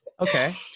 Okay